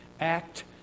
act